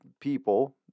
people